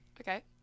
Okay